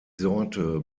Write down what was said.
sorte